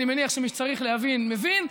ואני מניח שמי שצריך להבין מבין,